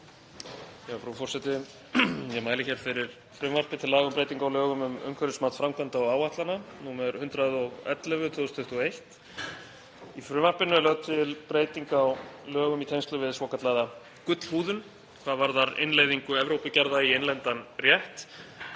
Frú forseti. Ég mæli hér fyrir frumvarpi til laga um breytingu á lögum um umhverfismat framkvæmda og áætlana, nr. 111/2021. Í frumvarpinu er lögð til breyting á lögum í tengslum við svokallaða gullhúðun hvað varðar innleiðingu Evrópugerða í innlendan rétt.